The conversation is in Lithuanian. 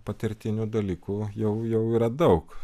patirtinių dalykų jau jau yra daug